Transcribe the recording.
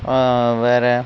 வேற